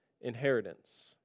inheritance